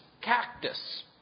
cactus